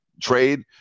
trade